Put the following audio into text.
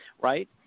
right